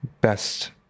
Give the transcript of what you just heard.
best